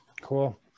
Cool